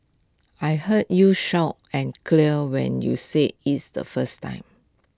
I heard you and clear when you said is the first time